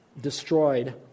destroyed